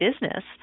business